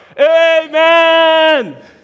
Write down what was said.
Amen